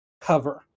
cover